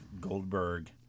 Goldberg